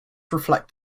reflect